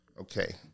Okay